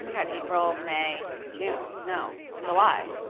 my god. april, may, june. no, july.